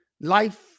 life